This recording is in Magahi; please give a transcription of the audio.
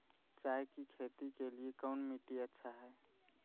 चाय की खेती के लिए कौन मिट्टी अच्छा हाय?